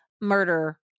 murder